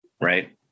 Right